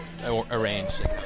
Arranged